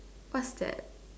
what's that